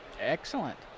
Excellent